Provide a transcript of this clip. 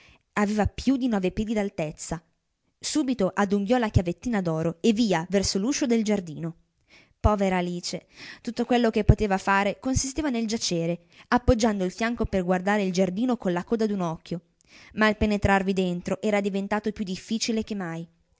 aveva più di nove piedi d'altezza subito adunghiò la chiavettina d'oro e via verso l'uscio del giardino povera alice tutto quello che potea fare consisteva nel giacere appoggiando il fianco per guardare il giardino con la coda d'un occhio ma il penetrarvi dentro era diventato più difficile che mai